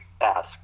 ask